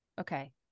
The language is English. Okay